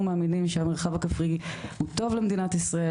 מאמינים שהמרחב הכפרי הוא טוב למדינת ישראל,